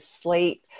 sleep